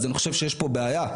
אז אני חושב שיש פה בעיה,